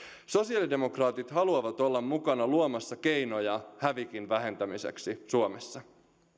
sosiaalidemokraatit haluavat olla mukana luomassa keinoja hävikin vähentämiseksi suomessa